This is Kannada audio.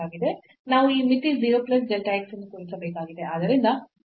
ನಾವು ಈ ಮಿತಿ 0 plus delta x ಎಂದು ತೋರಿಸಬೇಕಾಗಿದೆ